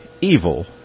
evil